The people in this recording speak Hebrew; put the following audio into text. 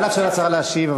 נא לאפשר לשרה להשיב.